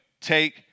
Take